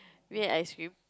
we had ice cream